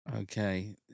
okay